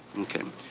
okay.